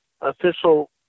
official